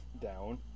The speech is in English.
Down